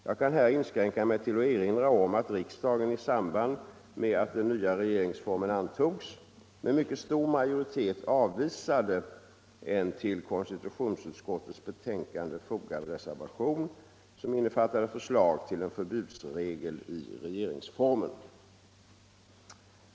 Jag kan här inskränka mig till att erinra om att riksdagen — i samband med att den nya regeringsformen antogs - med mycket stor majoritet avvisade en till konstitutionsutskottets betänkande fogad reservation som innefattade förslag till en förbudsregel i regeringsformen.